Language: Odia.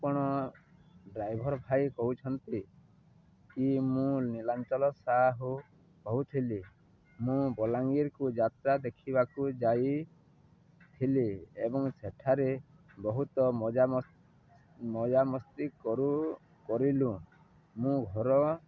ଆପଣ ଡ୍ରାଇଭର ଭାଇ କହୁଛନ୍ତି କି ମୁଁ ନୀଳାଞ୍ଚଳ ସାହୁ କହୁଥିଲି ମୁଁ ବଲାଙ୍ଗୀରକୁ ଯାତ୍ରା ଦେଖିବାକୁ ଯାଇଥିଲି ଏବଂ ସେଠାରେ ବହୁତ ମଜାମସ୍ତି କରିଲୁ ମୁଁ ଘର